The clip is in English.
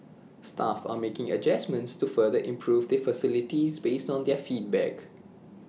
staff are making adjustments to further improve the facilities based on their feedback